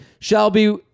Shelby